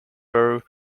per